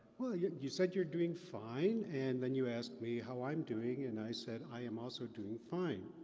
well, yeah you said you're doing fine, and then you asked me how i'm doing, and i said, i am also doing fine.